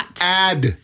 add